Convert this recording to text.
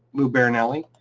lou barinelli,